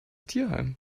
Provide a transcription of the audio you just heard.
tierheim